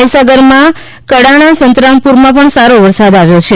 મહીસાગરમાં કડાણા સંતરામપુરમાં સારો વરસાદ આવ્યો છે